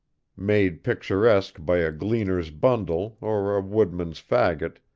made picturesque by a gleaner's bundle or a woodman's fagot,